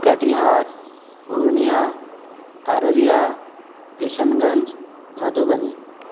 Katihar Purnia Araria Kishanganj Madhubani